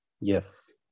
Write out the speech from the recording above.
Yes